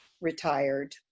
retired